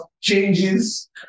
changes